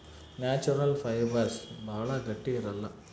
natural fibres ಭಾಳ ಗಟ್ಟಿ ಇರಲ್ಲ